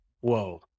whoa